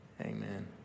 Amen